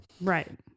Right